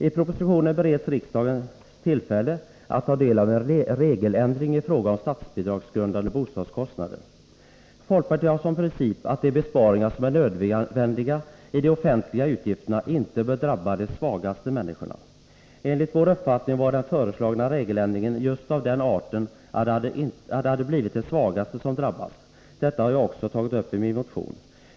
I propositionen bereds riksdagen tillfälle att ta del av en regeländring i fråga om statsbidragsgrundande bostadskostnader. Folkpartiet har som princip att de besparingar som är nödvändiga i de offentliga utgifterna inte bör drabba de svagaste människorna. Enligt vår uppfattning var den föreslagna regeländringen just av den arten att det hade blivit de svagaste som drabbats. Detta har jag också tagit upp i min motion.